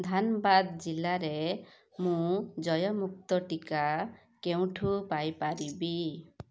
ଧାନ୍ବାଦ୍ ଜିଲ୍ଲାରେ ମୁଁ ଦେୟମୁକ୍ତ ଟିକା କେଉଁଠୁ ପାଇ ପାରିବି